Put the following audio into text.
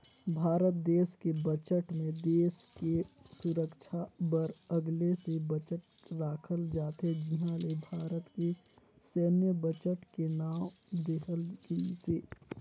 भारत देस के बजट मे देस के सुरक्छा बर अगले से बजट राखल जाथे जिहां ले भारत के सैन्य बजट के नांव देहल गइसे